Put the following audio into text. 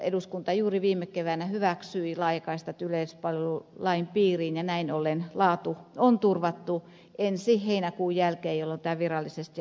eduskunta juuri viime keväänä hyväksyi laajakaistat yleispalvelulain piiriin ja näin ollen laatu on turvattu ensi heinäkuun jälkeen jolloin tämä virallisesti astuu voimaan